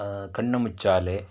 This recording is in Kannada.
ಕಣ್ಣು ಮುಚ್ಚಾಲೆ